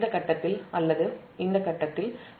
இந்த புள்ளியில் அல்லது இந்த புள்ளியில் Ia1 Ia2 Ia00